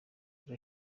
ruri